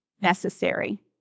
necessary